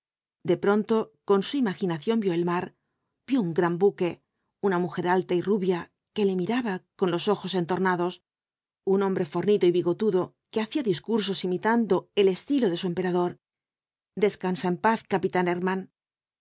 de pronto con su imaginación vio el mar vio un gran buque una mujer alta y rubia que le miraba con los ojos entornados un hombre fornido y bigotudo que hacía discursos imitando el estilo de su emperador descansa en paz capitán